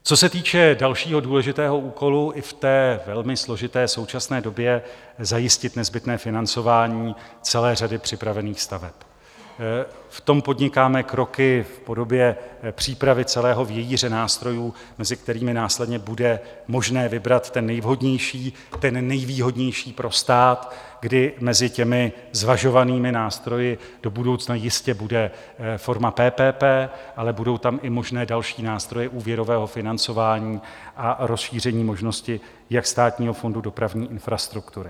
Co se týče dalšího důležitého úkolu i v té velmi složité současné době zajistit nezbytné financování celé řady připravených staveb, v tom podnikáme kroky v podobě přípravy celého vějíře nástrojů, mezi kterými následně bude možné vybrat ten nejvhodnější, ten nejvýhodnější pro stát, kdy mezi těmi zvažovanými nástroji do budoucna jistě bude forma PPP, ale budou tam i možné další nástroje úvěrového financování a rozšíření možnosti jak Státního fondu dopravní infrastruktury.